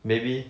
maybe